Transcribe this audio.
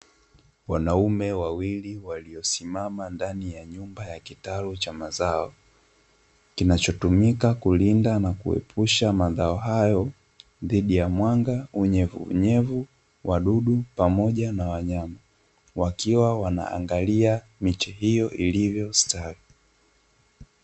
Wanaume wawili waliosimama ndani ya nyumba ya kitalu cha mazao, kinachotumika kulinda na kuepusha mazao hayo dhidi ya mwanga, unyevuunyevu, wadudu pamoja na wanyama, wakiwa wanaangalia miche hiyo ilivyostawi.